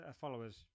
followers